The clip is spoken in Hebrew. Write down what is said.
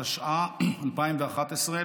התשע"א 2011,